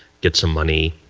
get some money,